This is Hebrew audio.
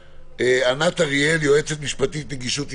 ענת אריאל, יועצת משפטית נגישות ישראל,